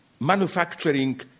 manufacturing